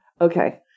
Okay